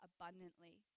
abundantly